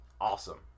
awesome